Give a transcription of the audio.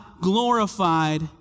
glorified